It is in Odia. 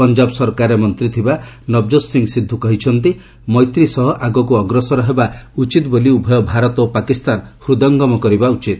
ପଞ୍ଜାବ ସରକାରରେ ମନ୍ତ୍ରୀ ଥିବା ନବକାତ ସିଂ ସିନ୍ଧୁ କହିଛନ୍ତି ମୈତ୍ରୀ ସହ ଆଗକୁ ଅଗ୍ରସର ହେବା ଉଚିତ ବୋଲି ଉଭୟ ଭାରତ ଓ ପାକିସ୍ତାନ ହୂଦୟଙ୍ଗମ କରିବା ଉଚିତ